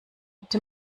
bitte